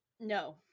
No